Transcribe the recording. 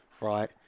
right